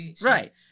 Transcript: Right